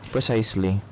Precisely